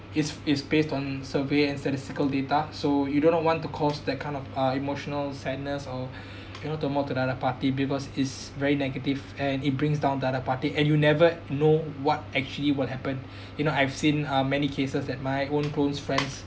it's it's based on survey and statistical data so you do not want to cause that kind of uh emotional sadness or cannot talk more to the other party because it' s very negative and it brings down the other party and you never know what actually will happen you know I've seen uh many cases that my own close friends